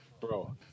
bro